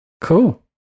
Cool